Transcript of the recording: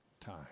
time